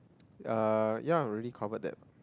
uh ya already cover that